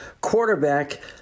Quarterback